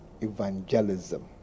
evangelism